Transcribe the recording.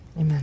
Amen